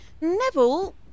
Neville